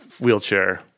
wheelchair